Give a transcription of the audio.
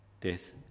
death